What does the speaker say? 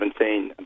2017